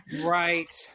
Right